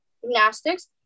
gymnastics